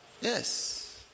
Yes